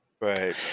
Right